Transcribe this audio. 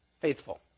faithful